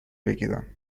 بگیرم